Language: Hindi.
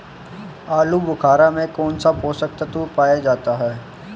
आलूबुखारा में कौन से पोषक तत्व पाए जाते हैं?